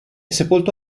sepolto